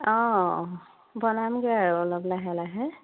অঁ বনামগৈ আৰু অলপ লাহে লাহে